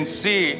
see